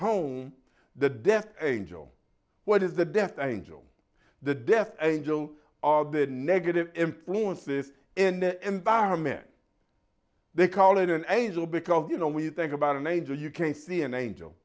home the death angel what is the death angel the death angel or the negative influences and baron men they call it an angel because you know when you think about an angel you can see an angel